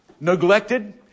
neglected